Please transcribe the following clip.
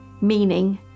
meaning